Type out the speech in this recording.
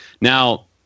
Now